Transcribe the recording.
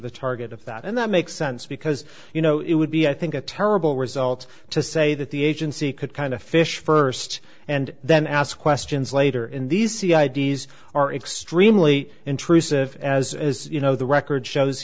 the target of that and that makes sense because you know it would be i think a terrible result to say that the agency could kind of fish first and then ask questions later in these sea i d s are extremely intrusive as you know the record shows